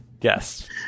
Yes